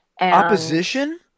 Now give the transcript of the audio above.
Opposition